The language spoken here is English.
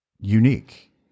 unique